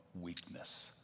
weakness